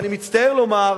ואני מצטער לומר,